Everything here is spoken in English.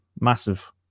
Massive